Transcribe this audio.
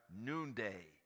noonday